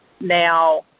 Now